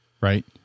right